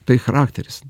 tai charakteris